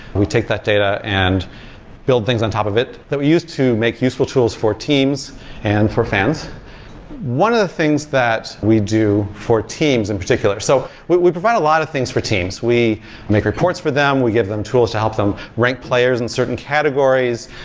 we take that data and build things on top of it, that we used to make useful tools for teams and for fans one of the things that we do for teams in particular, so we we provide a lot of things for teams. we make reports for them, we give them tools to help them rank players in certain categories,